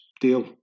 deal